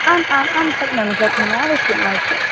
आम् आम् आं शक्नोमि शक्नोमि अवश्यम् अवश्यम्